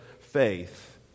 faith